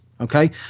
Okay